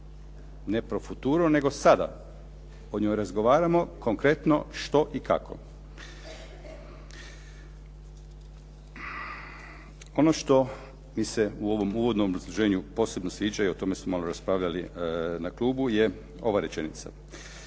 Ne pro futuro, nego sada, o njoj razgovaramo konkretno što i kako. Ono što mi se u ovom uvodnom obrazloženju posebno sviđa i o tome smo raspravljali na klubu je ova rečenica.